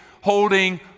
holding